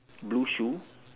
blue shoe